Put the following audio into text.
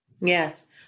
Yes